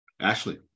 Ashley